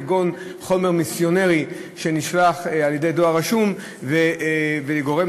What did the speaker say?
כגון חומר מיסיונרי שנשלח בדואר רשום וגורם